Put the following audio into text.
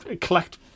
collect